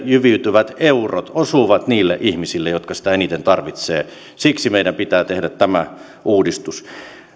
jyviytyvät eurot osuvat niille ihmisille jotka niitä eniten tarvitsevat siksi meidän pitää tehdä tämä uudistus